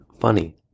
funny